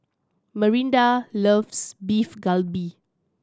Marinda loves Beef Galbi